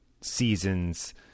seasons